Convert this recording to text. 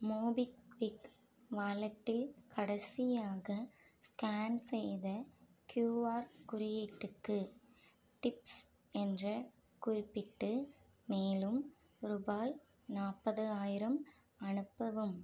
MobiKwik வாலெட்டில் கடைசியாக scan செய்த கியூஆர் குறியீட்டுக்கு டிப்ஸ் என்ற குறிப்பிட்டு மேலும் ரூபாய் நாற்பது ஆயிரம் அனுப்பவும்